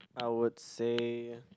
I would say